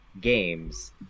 games